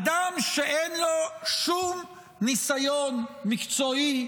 אדם שאין לו שום ניסיון מקצועי,